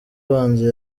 abanza